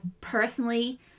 personally